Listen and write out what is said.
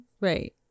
right